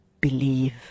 believe